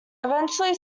eventually